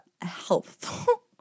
helpful